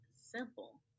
simple